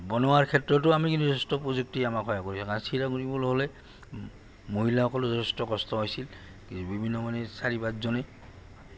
বনোৱাৰ ক্ষেত্ৰতো আমি কিন্তু যথেষ্ট প্ৰযুক্তি আমাক সহায় কৰি কাৰণ চিৰা গুৰিবলৈ হ'লে মহিলাসকলে যথেষ্ট কষ্ট হৈছিল বিভিন্ন মানে চাৰি পাঁচজনে